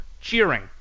cheering